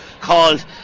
called